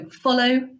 follow